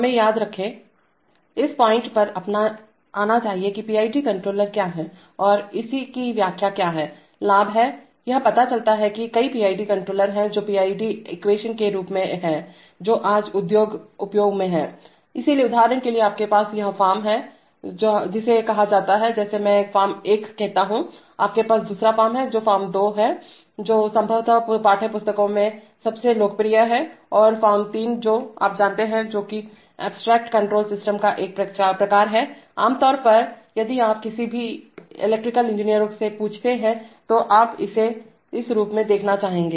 हमें याद रखें हमें इस पॉइंट पर आना चाहिए कि PID कोंट्रॉल्लेर क्या है और इसकी व्याख्या क्या है लाभ है यह पता चलता है कि कई PID कोंट्रॉल्लेर हैं जो पीआईडी एक्वेशन के कई रूप हैं जो आज उद्योग उपयोग में हैं इसलिए उदाहरण के लिए आपके पास यह फ़ॉर्म है जिसे कहा जाता है जिसे मैं फ़ॉर्म एक कहता हूं आपके पास दूसरा फ़ॉर्म है जो फ़ॉर्म दो है जो संभवतः पाठ्यपुस्तकों में सबसे लोकप्रिय है और फ़ॉर्म तीन जो आप जानते हैं जो कि अब्स्ट्रक्ट कण्ट्रोल सिस्टम का एक प्रकार है आमतौर पर यदि आप किसी भी इलेक्ट्रिकल इंजीनियरों से पूछते हैं तो आप इसे इस रूप में देखना चाहेंगे